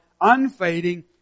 unfading